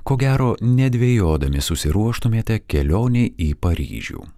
ko gero nedvejodami susiruoštumėte kelionei į paryžių